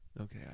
Okay